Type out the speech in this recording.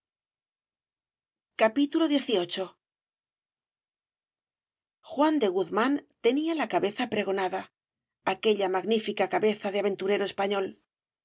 de bradomin uan de guzmán tenía la cabeza pregonada aquella magnífica cabeza de aventurero español